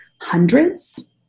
hundreds